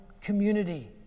community